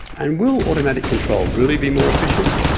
and will automatic control really be more efficient?